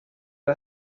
ser